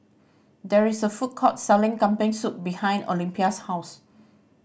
there is a food court selling Kambing Soup behind Olympia's house